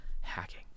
hacking